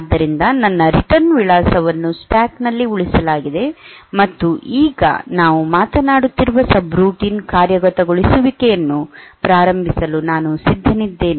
ಆದ್ದರಿಂದ ನನ್ನ ರಿಟರ್ನ್ ವಿಳಾಸವನ್ನು ಸ್ಟ್ಯಾಕ್ ನಲ್ಲಿ ಉಳಿಸಲಾಗಿದೆ ಮತ್ತು ಈಗ ನಾವು ಮಾತನಾಡುತ್ತಿರುವ ಸಬ್ರೂಟೀನ್ ಕಾರ್ಯಗತಗೊಳಿಸುವಿಕೆಯನ್ನು ಪ್ರಾರಂಭಿಸಲು ನಾನು ಸಿದ್ಧನಿದ್ದೇನೆ